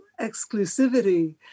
exclusivity